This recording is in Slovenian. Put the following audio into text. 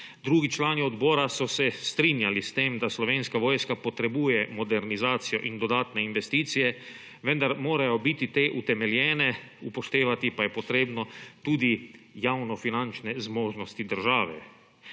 Drugič. Člani odbora so se strinjali s tem, da Slovenska vojska potrebuje modernizacijo in dodatne investicije, vendar morajo biti te utemeljene, upoštevati pa je potrebno tudi javnofinančne zmožnosti države.